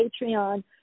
Patreon